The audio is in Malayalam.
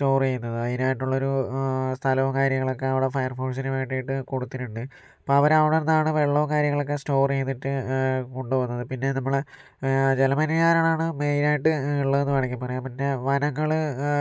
സ്റ്റോറെയ്യുന്നത് അതിനായിട്ടുള്ളൊരു സ്ഥലവും കാര്യങ്ങളൊക്കെ അവിടെ ഫയർ ഫോഴ്സിന് വേണ്ടിട്ട് കൊടുത്തിട്ടുണ്ട് അപ്പോൾ അവരവിടെന്നാണ് വെള്ളവും കാര്യങ്ങളൊക്കെ സ്റ്റോർ ചെയ്തിട്ട് കൊണ്ടുപോകുന്നത് പിന്നെ നമ്മള് ജല മലിനീകരണാണ് മെയിനായിട്ട് ഇള്ളത്ന്നു വേണെങ്കിൽ പറയാം പിന്നെ വനങ്ങള്